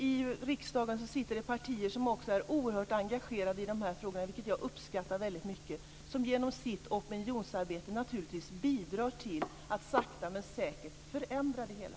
I riksdagen sitter det partier som också är oerhört engagerade i den här frågan, vilket jag uppskattar oerhört mycket. Genom sitt opinionsarbete bidrar de till att sakta men säkert förändra det hela.